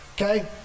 Okay